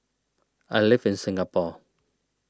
I live in Singapore